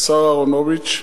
השר אהרונוביץ,